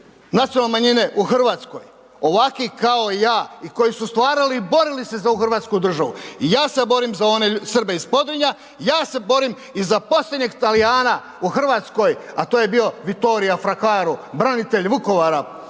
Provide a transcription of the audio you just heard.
nacionalne manjine u Hrvatskoj? Ovaki kao ja i koji su stvarali i borili se za ovu Hrvatsku državu i ja se borim za one Srbe iz Podvinja, ja se borim i za posljednjeg Talijana u Hrvatskoj, a to je bio Vittorie Fraccaro branitelj Vukovara